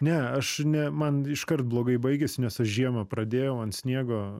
ne aš ne man iškart blogai baigėsi nes aš žiemą pradėjau ant sniego